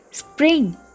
Spring